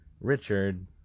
Richard